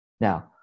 now